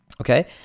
okay